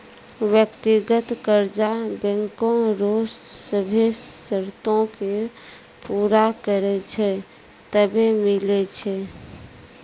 व्यक्तिगत कर्जा बैंको रो सभ्भे सरतो के पूरा करै छै तबै मिलै छै